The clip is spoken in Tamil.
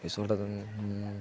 சொல்லுறதுன்